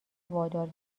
وادار